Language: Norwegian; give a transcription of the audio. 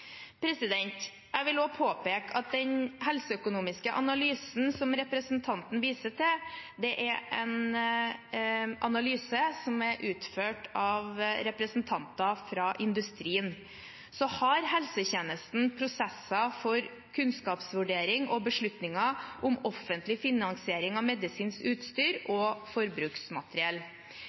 Jeg vil også påpeke at den helseøkonomiske analysen som representanten viser til, er en analyse som er utført av representanter fra industrien. Helsetjenesten har prosesser for kunnskapsvurdering og beslutninger om offentlig finansiering av medisinsk utstyr og forbruksmateriell.